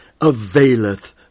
availeth